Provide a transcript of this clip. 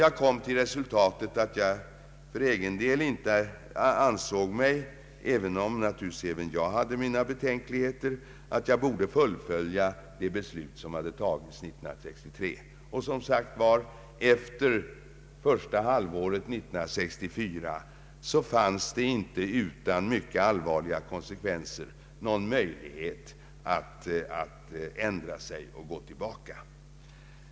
Jag kom till det resultatet att jag för egen del inte ansåg mig — även om naturligtvis också jag hade mina betänkligheter — kunna gå ifrån det beslut som hade fattats år 1963. Efter första halvåret 1964 fanns det, som jag tidigare sagt, inte utan mycket allvarliga konsekvenser någon möjlighet att ändra sig och gå tillbaka.